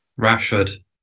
Rashford